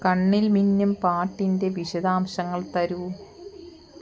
കണ്ണിൽ മിന്നും പാട്ടിൻ്റെ വിശദാംശങ്ങൾ തരൂ